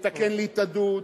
תתקן לי את הדוד,